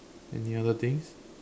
any other things